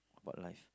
about life